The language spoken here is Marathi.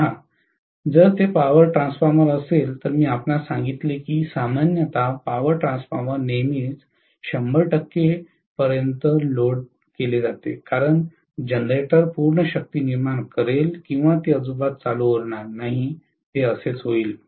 पहा जर ते पॉवर ट्रान्सफॉर्मर असेल तर मी आपणास सांगितले की सामान्यत पॉवर ट्रान्सफॉर्मर नेहमीच 100 पर्यंत लोड केले जाते कारण जनरेटर पूर्ण शक्ती निर्माण करेल किंवा ते अजिबात चालू होणार नाही ते असेच होईल